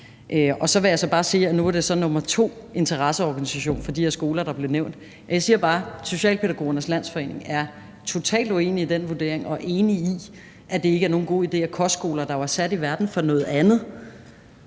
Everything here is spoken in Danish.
Og så vil jeg så bare sige, at nu er det nummer to interesseorganisation for de her skoler, der bliver nævnt, og jeg siger bare, at Socialpædagogernes Landsforbund er totalt uenige i den vurdering og enige i, at det ikke er nogen god idé, at kostskoler, der jo er sat i verden for noget andet,